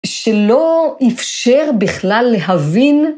שלא איפשר בכלל להבין.